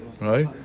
Right